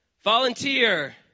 volunteer